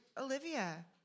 Olivia